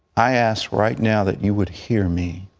i ask right now that you would hear me,